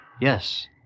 Yes